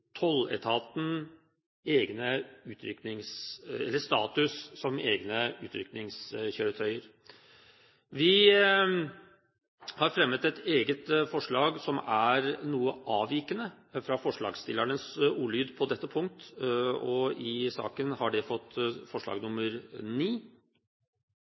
status som utrykningskjøretøy. Vi har fremmet et eget forslag som er noe avvikende fra forslagsstillernes ordlyd på dette punkt, forslag nr. 9 i innstillingen. Jeg vil be om at det